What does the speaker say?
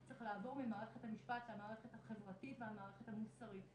צריך לעבור ממערכת המשפט למערכת החברתית והמערכת המוסרית.